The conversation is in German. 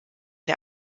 der